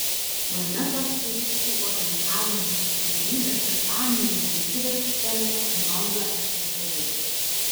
planetos kariškių orientavimosi pirmenybėse danijoje lietuvės pelnė bronzą estafetėje